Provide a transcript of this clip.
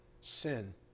sin